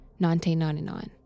1999